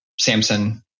samson